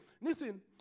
Listen